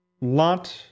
lot